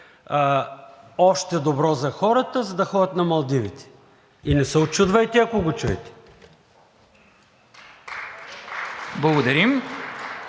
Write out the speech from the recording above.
още добро за хората, за да ходят на Малдивите.“ Не се учудвайте, ако го чуете.